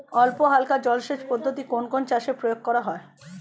অল্পহালকা জলসেচ পদ্ধতি কোন কোন চাষে প্রয়োগ করা হয়?